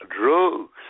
drugs